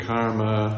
Karma